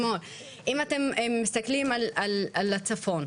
כלומר אם אתם מסתכלים על הצפון,